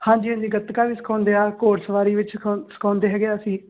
ਹਾਂਜੀ ਹਾਂਜੀ ਗੱਤਕਾ ਵੀ ਸਿਖਾਉਂਦੇ ਹਾਂ ਘੋੜ ਸਵਾਰੀ ਵਿੱਚ ਸਿਖਾ ਸਿਖਾਉਂਦੇ ਹੈਗੇ ਅਸੀਂ